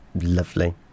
Lovely